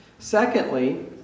Secondly